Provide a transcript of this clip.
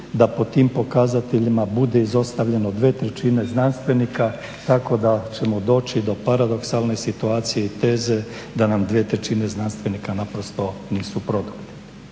da po tim pokazateljima bude izostavljeno dvije trećine znanstvenika tako da ćemo doći do paradoksalne situacije i teze da nam dvije trećine znanstvenika naprosto nisu produktivni.